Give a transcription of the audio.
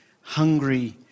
Hungry